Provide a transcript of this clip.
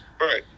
Right